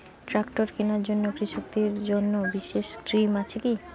Tractor কেনার জন্য কৃষকদের জন্য বিশেষ স্কিম আছে কি?